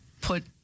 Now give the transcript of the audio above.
put